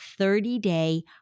30-day